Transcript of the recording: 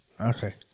Okay